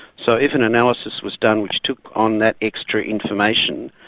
so if an analysis was done which took on that extra information,